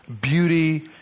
beauty